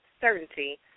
certainty